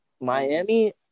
Miami